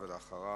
בבקשה, ואחריו,